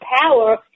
power